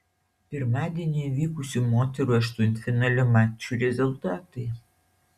pirmadienį vykusių moterų aštuntfinalio mačų rezultatai